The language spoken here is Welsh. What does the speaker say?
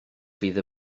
fydd